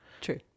True